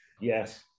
Yes